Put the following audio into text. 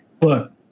Look